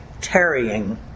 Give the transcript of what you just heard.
tarrying